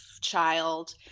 child